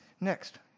Next